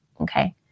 Okay